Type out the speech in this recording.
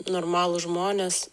normalūs žmonės